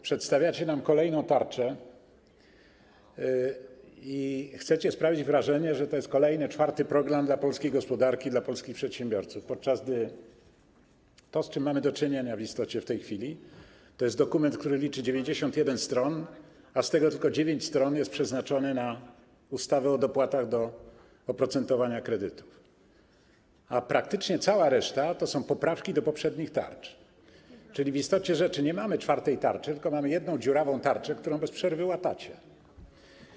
Przedstawiacie nam kolejną tarczę i chcecie sprawić wrażenie, że to jest kolejny, czwarty program dla polskiej gospodarki, dla polskich przedsiębiorców, podczas gdy to, z czym mamy w istocie do czynienia w tej chwili, to jest dokument, który liczy 91 stron, z czego tylko 9 stron dotyczy ustawy o dopłatach do oprocentowania kredytów, a praktycznie cała reszta to są poprawki do poprzednich tarcz, czyli w istocie rzeczy nie mamy czwartej tarczy, tylko mamy jedną dziurawą tarczę, którą bez przerwy łatacie.